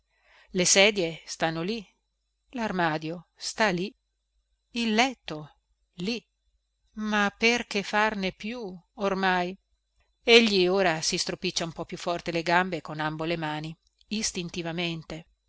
le sedie stanno lì larmadio sta lì il letto lì ma per che farne più ormai egli ora si stropiccia un po più forte le gambe con ambo le mani istintivamente